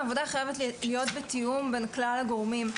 שהעבודה חייבת להיות בתיאום בין כלל הגורמים.